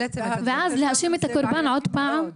ואז להאשים את הקורבן עוד פעם.